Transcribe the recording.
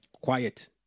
quiet